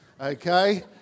okay